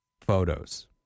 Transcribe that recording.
photos